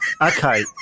Okay